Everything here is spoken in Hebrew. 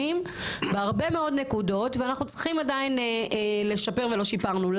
בהרבה מאוד נקודות ואנחנו צריכים עדיין לשפר ולא שיפרנו.